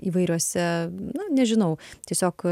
įvairiose na nežinau tiesiog